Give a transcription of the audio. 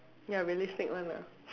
ya realistic one lah